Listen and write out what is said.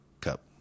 Cup